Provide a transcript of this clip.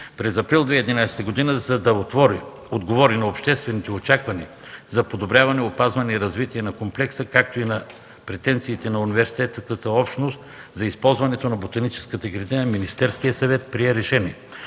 През април 2011 г., за да отговори на обществените очаквания за подобряване, опазване и развитие на комплекса, както и на претенциите на университетската общност за използването на ботаническата градина, Министерският съвет прие решение